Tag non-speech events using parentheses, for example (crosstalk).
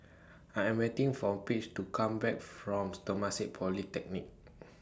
I Am waiting For Paige to Come Back from (unintelligible) Temasek Polytechnic